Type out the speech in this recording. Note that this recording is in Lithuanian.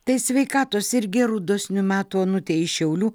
tai sveikatos ir gerų dosnių metų onutei iš šiaulių